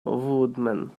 woodman